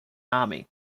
army